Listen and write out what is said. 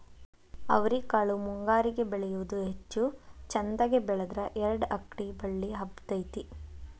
ಅವ್ರಿಕಾಳು ಮುಂಗಾರಿಗೆ ಬೆಳಿಯುವುದ ಹೆಚ್ಚು ಚಂದಗೆ ಬೆಳದ್ರ ಎರ್ಡ್ ಅಕ್ಡಿ ಬಳ್ಳಿ ಹಬ್ಬತೈತಿ